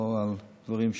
ולא על דברים שקריים.